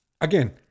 again